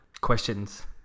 Questions